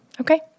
Okay